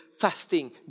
fasting